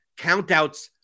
countouts